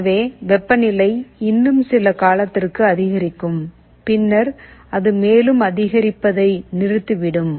எனவே வெப்பநிலை இன்னும் சில காலத்திற்கு அதிகரிக்கும் பின்னர் அது மேலும் அதிகரிப்பதை நிறுத்திவிடும்